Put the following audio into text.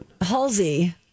Halsey